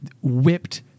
whipped